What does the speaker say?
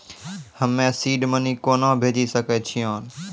हम्मे seed money कोना भेजी सकै छिओंन